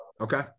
Okay